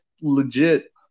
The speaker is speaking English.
legit